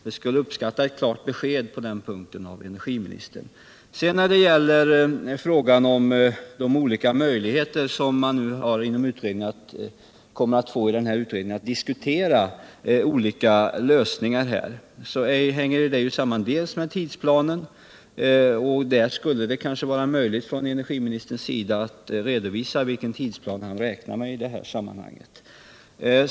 Jag skulle uppskatta om jag finge ett klart besked av energiministern på den punkten. De möjligheter man inom utredningen kommer att få att diskutera olika lösningar hänger ju delvis samman med tidsplanen, och här kunde kanske energiministern redovisa vilken tidsplan han räknar med i sammanhanget.